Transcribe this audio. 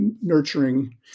nurturing